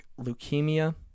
leukemia